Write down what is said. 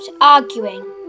arguing